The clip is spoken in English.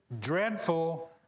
dreadful